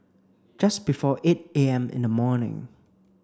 just before eight A M in the morning